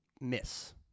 miss